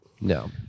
No